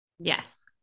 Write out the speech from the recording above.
Yes